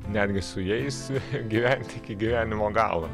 netgi su jais gyventi iki gyvenimo galo